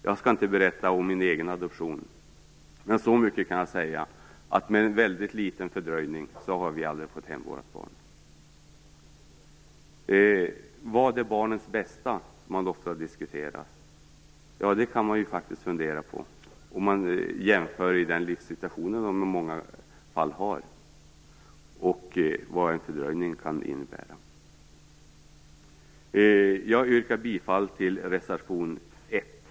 Jag skall inte berätta om min egen adoption, men så mycket kan jag säga att med en väldigt liten fördröjning hade vi aldrig fått hem vårt barn. Barnets bästa diskuteras ofta. Vad är det? Det kan man faktiskt fundera på när man tittar på den livssituation de i många fall har och vad en fördröjning kan innebära. Jag yrkar bifall till reservation 1.